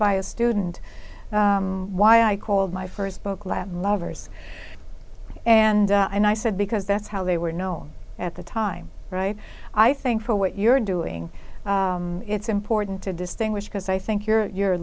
by a student why i called my first book latin lovers and i said because that's how they were known at the time right i think for what you're doing it's important to distinguish because i think you're you're